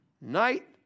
night